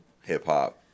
hip-hop